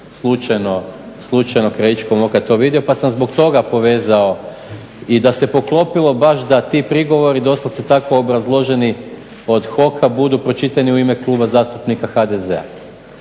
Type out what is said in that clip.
slučajno krajičkom oka to vidio, pa sam zbog toga povezao i da se poklopilo baš da ti prigovori, doslovce tako obrazloženi od HOK-a budu pročitani u ime Kluba zastupnika HDZ-a.